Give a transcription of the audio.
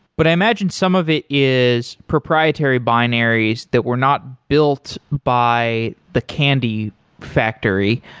but i imagine some of it is proprietary binaries that were not built by the candy factory.